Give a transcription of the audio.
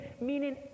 meaning